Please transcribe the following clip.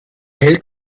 hält